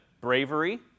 Bravery